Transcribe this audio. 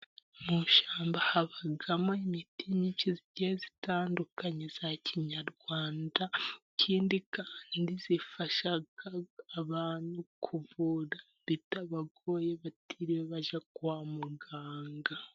Mu ishyamba habagamo imiti nyinshi zigiye zitandukanye za kinyarwanda, ikindi kandi zifashaga abantu kuvura bitabagoye batiriwe bajya kwa muganga.